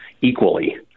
equally